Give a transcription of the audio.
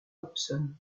hobson